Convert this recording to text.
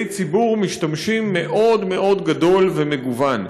ציבור משתמשים גדול מאוד מאוד ומגוון.